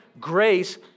Grace